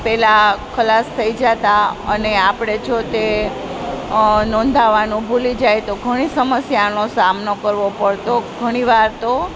પહેલાં ખલાસ થઈ જતાં અને આપણે જો તે નોંધાવવાનું ભૂલી જઈએ તો ઘણી સમસ્યાનો સામનો કરવો પડતો ઘણીવાર તો